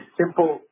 simple